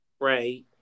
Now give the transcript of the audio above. Right